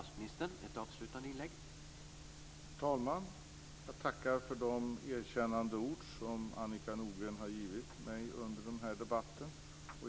Herr talman! Jag tackar för de erkännande ord som Annika Nordgren har givit mig under debatten.